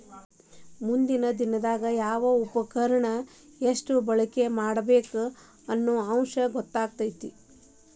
ಮುಂದಿನ ದಿನದಾಗ ಯಾವ ಉಪಕರಣಾನ ಎಷ್ಟ ಬಳಕೆ ಮಾಡಬೇಕ ಅನ್ನು ಅಂಶ ಗೊತ್ತಕ್ಕತಿ